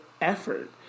effort